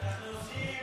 להתנגד?